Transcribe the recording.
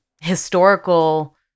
historical